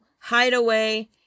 hideaway